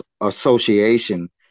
Association